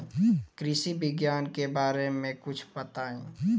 कृषि विज्ञान के बारे में कुछ बताई